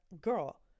Girl